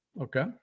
Okay